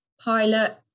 pilot